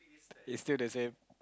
is still the same